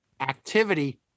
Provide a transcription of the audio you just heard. activity